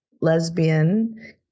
lesbian